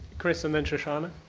chris and then shoshana.